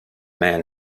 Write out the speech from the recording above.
man